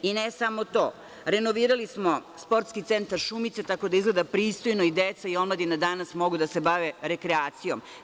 I ne samo to, renovirali smo Sportski centra „Šumice“ tako da izgleda pristojno i deca i omladina danas mogu da se bave rekreacijom.